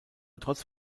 trotz